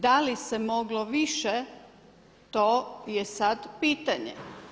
Da li se moglo više, to je sada pitanje.